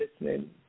listening